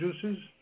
juices